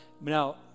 now